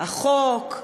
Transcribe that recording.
החוק,